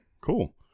cool